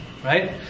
Right